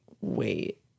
wait